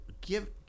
Give